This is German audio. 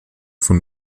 von